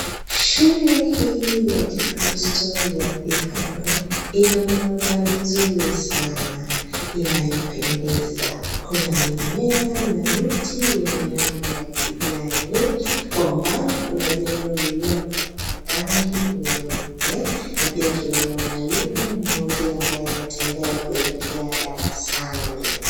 Shuke hii ya kikristo ya Thika road ina madhari nzuri sana inayopendeza kuna mimea na miti yenye rangi ya kijani kwa umbali kuna jengo lililopakwa rangi nyeupe na pia tuanona mwalimu mmoja ambaye anatembea kuelekea darasani.